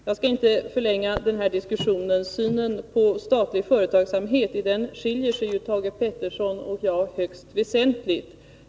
Jag skall inte förlänga den här diskussionen. I synen på statlig företagsamhet skiljer Thage Peterson och jag oss åt högst väsentligt.